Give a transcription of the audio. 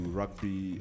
rugby